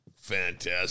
fantastic